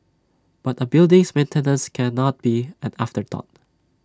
but A building's maintenance cannot be an afterthought